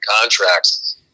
contracts